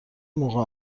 موقع